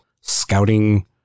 scouting